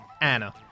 Anna